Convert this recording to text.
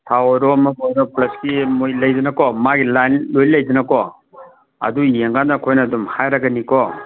ꯊꯥꯎ ꯑꯣꯏꯔꯣ ꯑꯃꯕꯨ ꯑꯣꯏꯔꯣ ꯀ꯭ꯂꯁꯀꯤ ꯃꯣꯏ ꯂꯩꯗꯅꯀꯣ ꯃꯥꯒꯤ ꯂꯥꯏꯟ ꯂꯣꯏ ꯂꯩꯗꯅꯀꯣ ꯑꯗꯨ ꯌꯦꯡꯂ ꯀꯥꯟꯗ ꯑꯩꯈꯣꯏꯅ ꯑꯗꯨꯝ ꯍꯥꯏꯔꯛꯀꯅꯤꯀꯣ